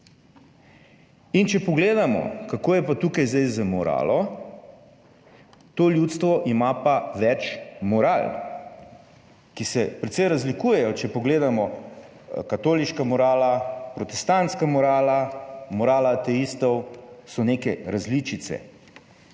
In če pogledamo, kako je pa tukaj zdaj z moralo. To ljudstvo ima pa več moral, ki se precej razlikujejo, če pogledamo, katoliška morala, protestantska morala, morala ateistov, so neke različice.